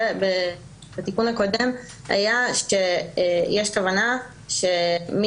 בתיקון הקודם אחד הטיעונים שנשמע היה שוב,